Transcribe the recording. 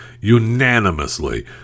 unanimously